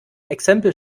exempel